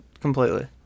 completely